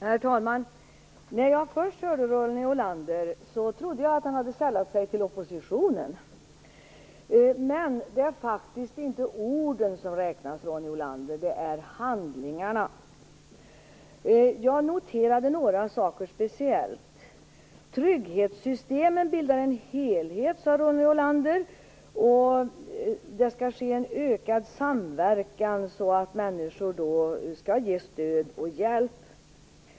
Herr talman! När jag först hörde Ronny Olander trodde jag att han hade sällat sig till oppositionen. Det är faktiskt inte orden som räknas, Ronny Olander. Det är handlingarna. Jag noterade några saker speciellt. Trygghetssystemen bildar en helhet, sade Ronny Olander. Det skall ske en ökad samverkan så att människor kan ges stöd och hjälp.